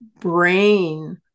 brain